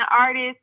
artist